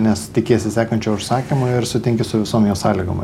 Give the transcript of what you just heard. nes tikiesi sekančio užsakymo ir sutinki su visom jos sąlygom